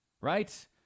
right